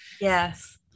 Yes